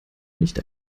nicht